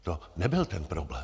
To nebyl ten problém.